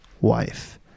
wife